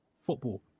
football